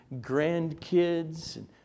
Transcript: grandkids